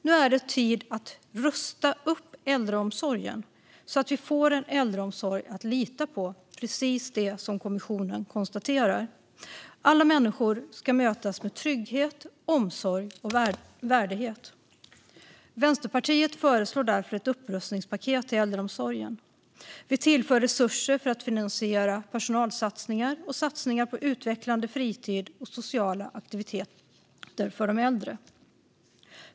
Nu är det tid att rusta upp äldreomsorgen så att vi får en äldreomsorg att lita på, vilket är precis det som kommissionen konstaterar behövs. Alla människor ska mötas med trygghet, omsorg och värdighet. Vänsterpartiet föreslår därför ett upprustningspaket till äldreomsorgen. Vi tillför resurser för att finansiera personalsatsningar och satsningar på utvecklande fritid och sociala aktiviteter för de äldre.